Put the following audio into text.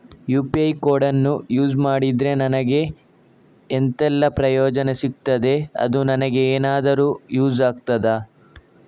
UPI ಕೋಡನ್ನು use ಮಾಡಿದ್ರೆ ನನಗೆ ಎಂಥೆಲ್ಲಾ ಪ್ರಯೋಜನ ಸಿಗ್ತದೆ, ಅದು ನನಗೆ ಎನಾದರೂ ಯೂಸ್ ಆಗ್ತದಾ?